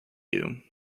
you